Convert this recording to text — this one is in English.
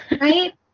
right